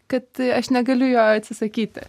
kad aš negaliu jo atsisakyti